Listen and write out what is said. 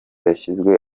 yashyizwe